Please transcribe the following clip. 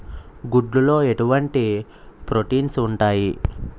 గుడ్లు లో ఎటువంటి ప్రోటీన్స్ ఉంటాయి?